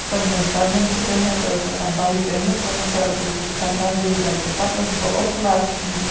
یُس ہسا میون کَزٔن چھُ تٔمۍ ہسا ٲس آسان باٮ۪ک أنمٕژ پَتہٕ ہسا ٲسٕس بہٕ کھسان بیٚیہِ باٮ۪کہِ پَتہٕ ٲسٕس بہٕ اوٚکھلاہَس